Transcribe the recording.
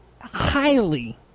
Highly